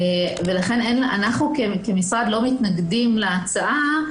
אנחנו כמשרד לא מתנגדים להצעה.